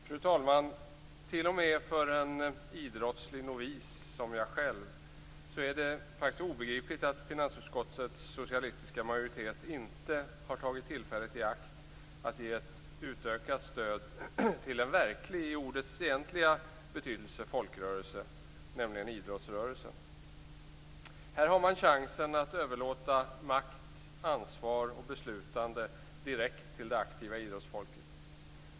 Fru talman! T.o.m. för en idrottslig novis som jag själv är det obegripligt att finansutskottets socialistiska majoritet inte har tagit tillfället i akt att ge ett utökat stöd till en verklig folkrörelse i ordets egentliga betydelse, nämligen idrottsrörelsen. Här har man chansen att överlåta makt, ansvar och beslutande direkt till det aktiva idrottsfolket.